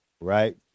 Right